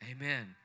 amen